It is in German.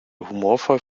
humorvoll